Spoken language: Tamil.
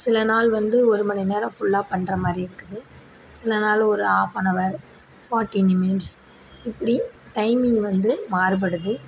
சிலநாள் வந்து ஒருமணிநேரம் ஃபுல்லாக பண்றமாதிரி இருக்குது சிலநாள் ஒரு ஆஃப்பனவர் ஃபாட்டி நிமிட்ஸ் இப்படி டைமிங் வந்த மாறுபடுது